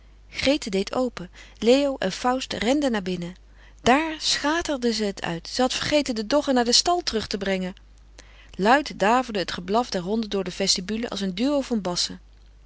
grete deed open leo en faust renden naar binnen daar schaterde ze het uit ze had vergeten de doggen naar den stal terug te brengen luid daverde het geblaf der honden door de vestibule als een duo van bassen